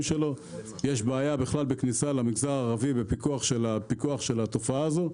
שלו; יש בעיה בכלל בכניסה למגזר הערבי בפיקוח על התופעה הזו.